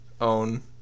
own